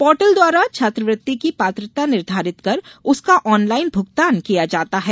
portal द्वारा छात्रवृत्ति की पात्रता निर्धारित कर उसका ऑनलाइन भुगतान किया जाता है